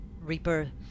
Reaper